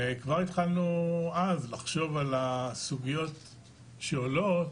כבר התחלנו אז לחשוב על הסוגיות שעולות,